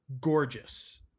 gorgeous